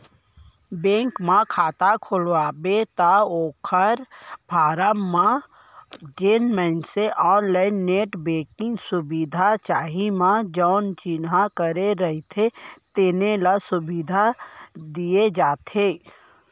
bank म खाता खोलवाबे त ओकर फारम म जेन मनसे ऑनलाईन नेट बेंकिंग सुबिधा चाही म जउन चिन्हा करे रथें तेने ल सुबिधा दिये जाथे